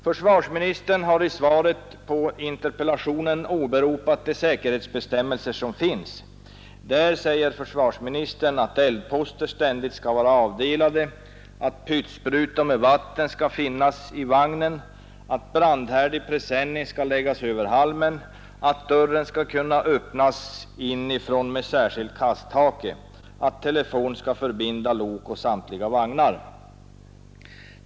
Försvarsministern har i svaret på min interpellation åberopat de säkerhetsbestämmelser som finns. De säger, anför försvarsministern, att eldposter ständigt skall vara avdelade, att pytsspruta med vatten skall finnas i vagnen, att brandhärdig presenning skall läggas över halmen, att dörrar skall kunna öppnas inifrån med särskild kasthake och att telefon skall förbinda lok och samtliga vagnar.